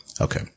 okay